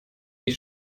die